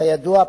כידוע,